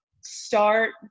start